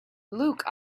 luke